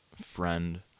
friend